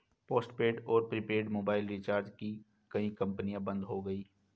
postpaid और prepaid mobile recharge की कई कंपनियां बंद हो गई